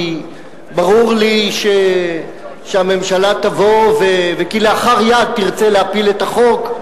כי ברור לי שהממשלה תבוא וכלאחר יד תרצה להפיל את החוק,